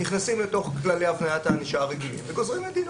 נכנסים לתוך כללי הבניית הענישה הרגילים וגוזרים את דינו.